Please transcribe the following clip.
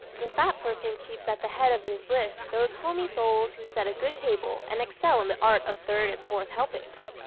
the fat person keeps at the head of his list those homey souls who set a good table and excel in the art of third and fourth helpings.